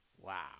Wow